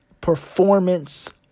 performance